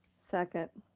second.